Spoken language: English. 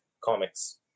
comics